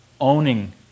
owning